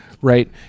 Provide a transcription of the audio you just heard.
Right